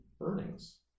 earnings